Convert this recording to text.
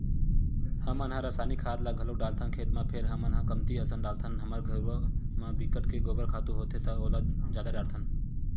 हमन ह रायसायनिक खाद ल घलोक डालथन खेत म फेर हमन ह कमती असन डालथन हमर घुरूवा म बिकट के गोबर खातू होथे त ओला जादा डारथन